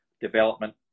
development